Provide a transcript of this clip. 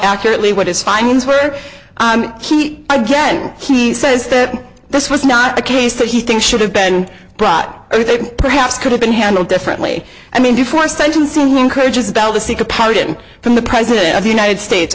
accurately what his findings were again he says that this was not a case that he thinks should have been brought perhaps could have been handled differently i mean before sentencing who encourages them to seek a paladin from the president of the united states